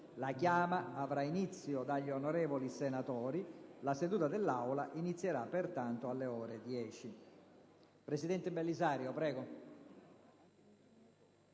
La chiama avrà inizio dagli onorevoli senatori. La seduta dell'Aula inizierà pertanto alle ore 10. **Calendario dei